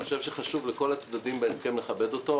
אני חושב שחשוב לכל הצדדים בהסכם לכבד אותו.